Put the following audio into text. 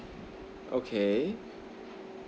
okay